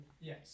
Yes